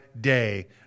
day